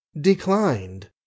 declined